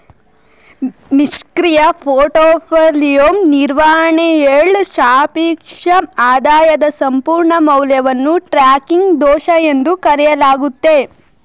ನಿಷ್ಕ್ರಿಯ ಪೋರ್ಟ್ಫೋಲಿಯೋ ನಿರ್ವಹಣೆಯಾಳ್ಗ ಸಾಪೇಕ್ಷ ಆದಾಯದ ಸಂಪೂರ್ಣ ಮೌಲ್ಯವನ್ನು ಟ್ರ್ಯಾಕಿಂಗ್ ದೋಷ ಎಂದು ಕರೆಯಲಾಗುತ್ತೆ